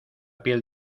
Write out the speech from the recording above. piel